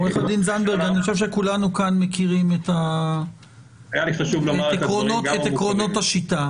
אני חושב שכולנו כאן מכירים את עקרונות השיטה.